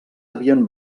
havien